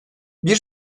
bir